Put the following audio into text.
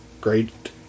Great